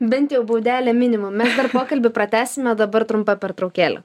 bent jau būdelė minimum mes dar pokalbį pratęsime dabar trumpa pertraukėlė